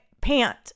pant